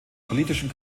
politischen